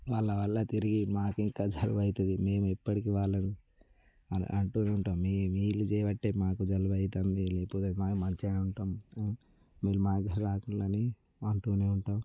వాళ్ళ వల్ల తిరిగి మాకింక జలుబవుతుంది మేము ఇప్పడికి వాళ్ళను అలా అంటూనే ఉంటాం మీ మీకు చేయబట్టే మాకు జలుబవుతోంది లేకపోతే మా మంచిగానే ఉంటాం లేకపోతే మా మీరు మా దగ్గరికి రాకండి అని అంటూనే ఉంటాం